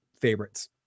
favorites